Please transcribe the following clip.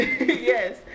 Yes